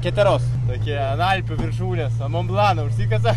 keteros tokie ant alpių viršūnės ant monblano užsikasa